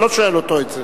אני לא שואל אותו את זה,